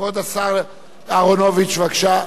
כבוד השר אהרונוביץ, בבקשה.